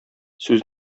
сүз